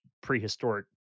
prehistoric